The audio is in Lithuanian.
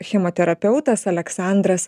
chemoterapeutas aleksandras